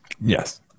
Yes